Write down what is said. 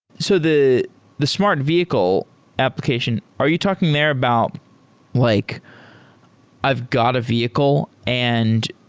so the the smart vehicle application, are you talking there about like i've got a vehicle and